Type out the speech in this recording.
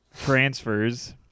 transfers